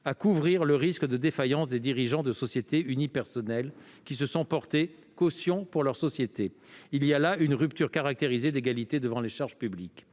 de couvrir le risque de défaillance des dirigeants de sociétés unipersonnelles qui se sont portés cautions pour leur société. Il y a là une rupture caractérisée d'égalité devant les charges publiques.